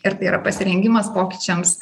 ir tai yra pasirengimas pokyčiams